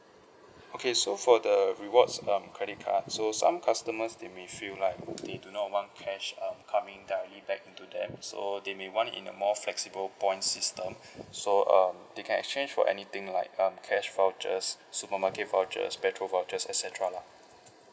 okay so for the rewards um credit card so some customers they may feel like they do not want cash um coming directly back to them so they may want in a more flexible points system so um they can exchange for anything like um cash vouchers supermarket vouchers petrol vouchers et cetera lah